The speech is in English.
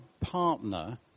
partner